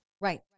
Right